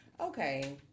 okay